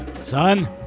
Son